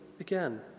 again